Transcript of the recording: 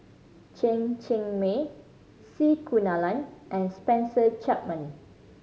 Chen Cheng Mei C Kunalan and Spencer Chapman